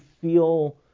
feel